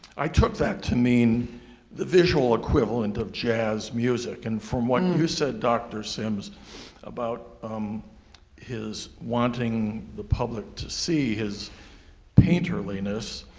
i took that to mean the visual equivalent of jazz music and from what you said dr. sims about um his wanting the public to see his painterliness,